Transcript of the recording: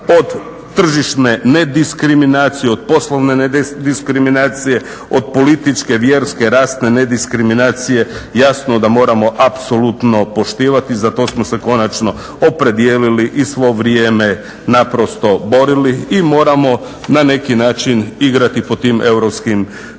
od tržišne nediskriminacije, od poslovne nediskriminacije, od političke, vjerske, rasne nediskriminacije jasno da moramo apsolutno poštivati i za to smo se konačno opredijelili i svo vrijeme naprosto borili i moramo na neki način igrati po tim europskim pravilima.